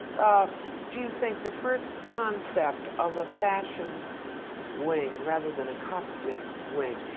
um do you think, the first concept of a fashion wing, rather than a costume wing?